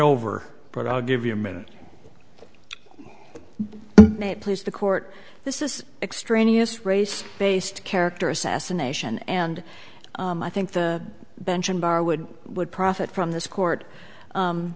over but i'll give you a minute please the court this is extraneous race based character assassination and i think the bench and bar would would profit from this court